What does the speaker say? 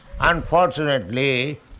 Unfortunately